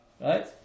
Right